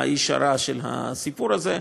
האיש הרע בסיפור הזה,